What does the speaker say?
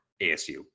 ASU